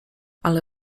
ale